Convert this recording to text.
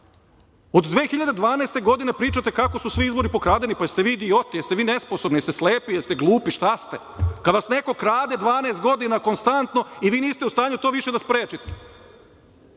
2012. godine pričate kako su svi izbori pokradeni. Pa, jeste li vi idioti, jeste li nesposobni, jeste li slepi, jeste li glupi, šta ste, kad vas neko krade 12 godina konstantno i vi niste u stanju to više da sprečite?